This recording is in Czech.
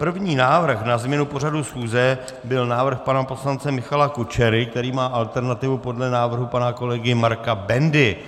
První návrh na změnu pořadu schůze byl návrh pana poslance Michala Kučery, který má alternativu podle návrhu pana kolegy Marka Bendy.